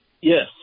Yes